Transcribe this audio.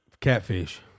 catfish